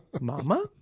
Mama